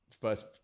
first